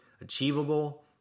achievable